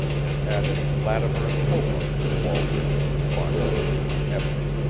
and added lattimer and hobart to wallbridge, and bockstein and eppner.